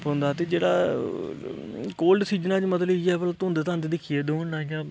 पौंदा ते जेह्ड़ा कोल्ड सीजन च मतलब इ'यै कि धुंद धंद दिक्खियै दौड़ना इ'यां